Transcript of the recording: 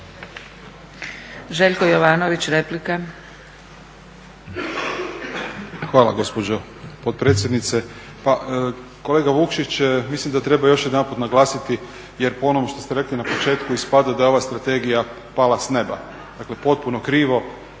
Željko Jovanović, replika.